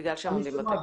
בגלל שהם עומדים בתקן.